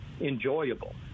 enjoyable